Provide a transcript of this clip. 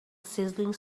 sizzling